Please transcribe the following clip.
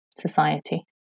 society